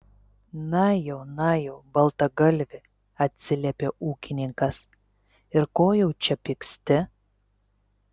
na jau na jau baltagalvi atsiliepė ūkininkas ir ko jau čia pyksti